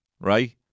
right